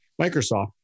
Microsoft